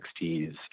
60s